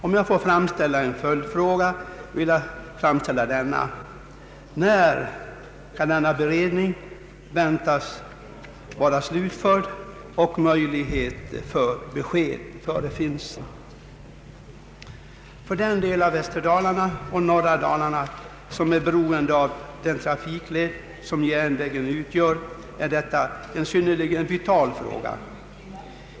En följdfråga som jag vill framställa är denna: När kan denna beredning väntas vara slutförd och möjlighet för besked förefinnas? För den del av västra och norra Dalarna som är beroende av den trafikled järnvägen utgör är detta en synnerligen vital fråga.